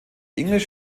english